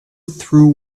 through